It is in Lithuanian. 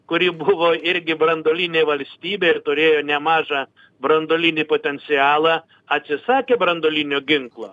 kuri buvo irgi branduolinė valstybė ir turėjo nemažą branduolinį potencialą atsisakė branduolinio ginklo